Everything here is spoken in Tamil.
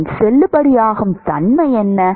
அதன் செல்லுபடியாகும் தன்மை என்ன